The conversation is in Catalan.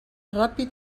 ràpid